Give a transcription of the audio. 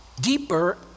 deeper